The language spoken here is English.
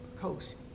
Coast